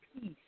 peace